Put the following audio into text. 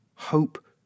hope